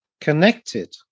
connected